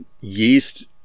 yeast